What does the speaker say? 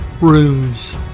rooms